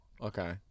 okay